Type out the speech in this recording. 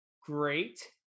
great